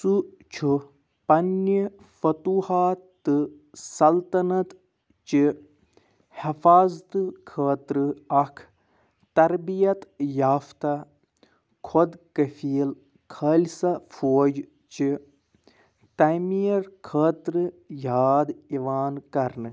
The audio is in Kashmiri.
سُہ چھُ پنٕنہِ فتوحات تہٕ سلطنت چہِ حفاظتہٕ خٲطرٕ اکھ تربیت یافتہ خۅد کفیٖل خالصہ فوج چہِ تعمیٖر خٲطرٕ یاد یِوان کرنہٕ